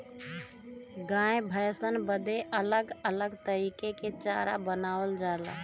गाय भैसन बदे अलग अलग तरीके के चारा बनावल जाला